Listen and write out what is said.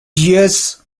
years